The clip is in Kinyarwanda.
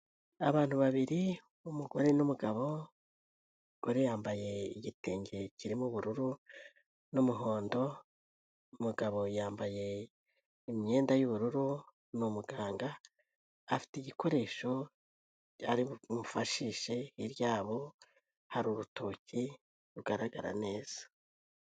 Abantu babiri umugore n'umugabo, umugore yambaye igitenge kirimo ubururu n'umuhondo, umugabo yambaye imyenda y'ubururu ni umuganga, afite igikoresho bimufashishe hirya y'abo hari urutoki rugaragara neza.